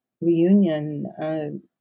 Reunion